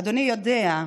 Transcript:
אדוני יודע,